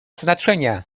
znaczenia